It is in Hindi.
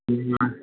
जी हाँ